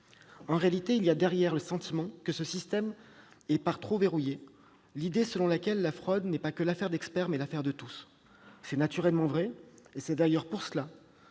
En réalité, il y a derrière le sentiment que ce système est par trop verrouillé l'idée selon laquelle la fraude est non pas l'affaire d'experts, mais l'affaire de tous. C'est naturellement vrai. C'est d'ailleurs la